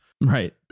Right